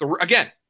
again